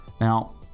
Now